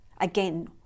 Again